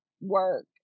work